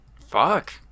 Fuck